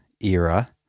era